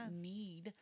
need